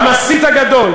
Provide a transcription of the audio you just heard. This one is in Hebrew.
המסית הגדול.